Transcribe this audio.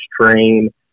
train